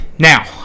Now